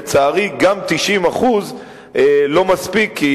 לצערי גם 90% לא מספיקים,